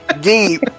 deep